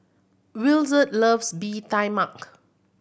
Williard loves Bee Tai Mak